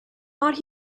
not